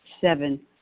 seven